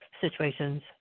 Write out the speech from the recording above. situations